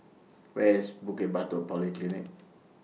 Where IS Bukit Batok Polyclinic